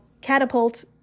catapult